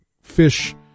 fish